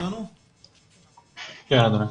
כן אדוני.